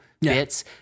bits